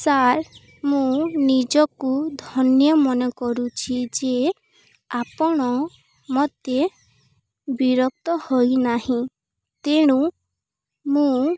sir ମୁଁ ନିଜକୁ ଧନ୍ୟ ମନେ କରୁଛି ଯେ ଆପଣ ମୋତେ ବିରକ୍ତ ହୋଇ ନାହିଁ ତେଣୁ ମୁଁ